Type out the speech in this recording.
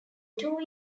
two